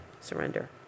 Surrender